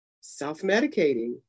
self-medicating